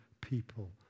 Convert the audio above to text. people